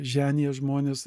ženija žmones